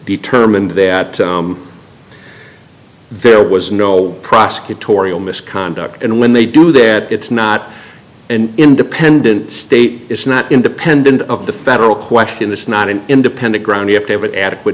determined that there was no prosecutorial misconduct and when they do that it's not an independent state it's not independent of the federal question it's not an independent ground you have to have adequate